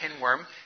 pinworm